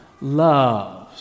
loves